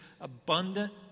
abundant